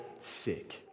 sick